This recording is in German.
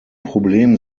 problem